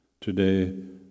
today